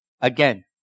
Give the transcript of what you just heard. again